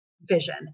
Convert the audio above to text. vision